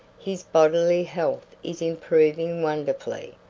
his bodily health is improving wonderfully,